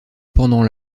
pendant